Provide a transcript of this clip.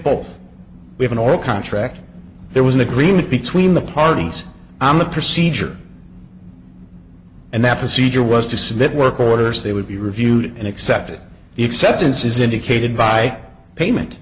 both we have an oral contract there was an agreement between the parties on the procedure and that procedure was to submit work orders they would be reviewed and accepted the acceptance is indicated by payment